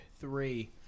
three